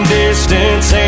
distance